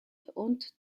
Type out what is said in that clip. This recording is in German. und